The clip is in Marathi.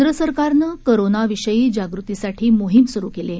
केंद्र सरकारनं कोरोनाविषयी जागृतीसाठी मोहीम सुरु केली आहे